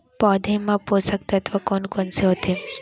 पौधे मा पोसक तत्व कोन कोन से होथे?